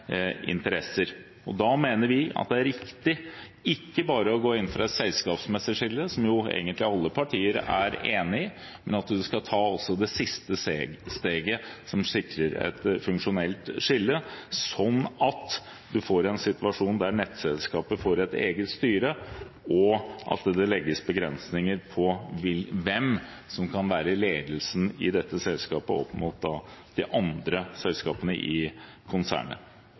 interesser. Da mener vi at det er riktig ikke bare å gå inn for et selskapsmessig skille, som jo egentlig alle partier er enig i, men at man også skal ta det siste steget, som sikrer et funksjonelt skille, sånn at man får en situasjon der nettselskapet får et eget styre, og at det legges begrensninger på hvem som kan være i ledelsen i dette selskapet, opp mot de andre selskapene i konsernet.